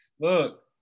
Look